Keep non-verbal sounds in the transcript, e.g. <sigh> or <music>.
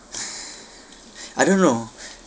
<breath> I don't know